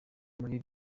muri